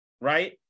right